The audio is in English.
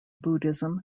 buddhism